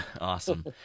awesome